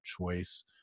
choice